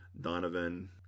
Donovan